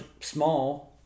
small